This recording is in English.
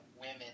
women